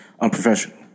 unprofessional